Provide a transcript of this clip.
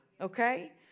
Okay